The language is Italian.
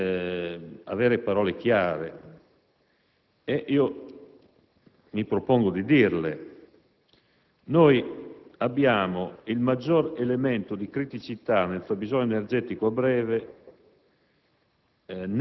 di ascoltare parole chiare e io mi propongo di dirle: il maggior elemento di criticità del fabbisogno energetico a breve